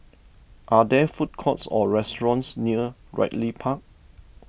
are there food courts or restaurants near Ridley Park